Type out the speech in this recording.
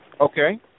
Okay